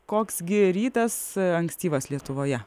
koks gi rytas ankstyvas lietuvoje